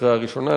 לקריאה הראשונה.